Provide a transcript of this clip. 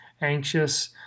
anxious